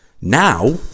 Now